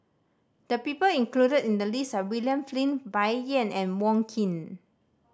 the people included in the list are William Flint Bai Yan and Wong Keen